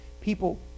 People